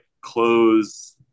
clothes